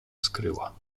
skryła